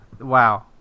Wow